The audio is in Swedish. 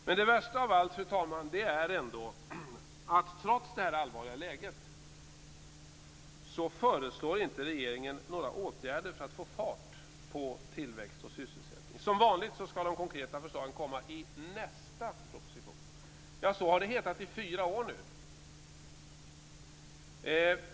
Men det värsta av allt, fru talman, är ändå att trots detta allvarliga läge så föreslår inte regeringen några åtgärder för att få fart på tillväxt och sysselsättning. Som vanligt skall de konkreta förslagen komma i nästa proposition. Så har det hetat i fyra år nu.